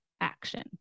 action